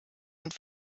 und